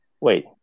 wait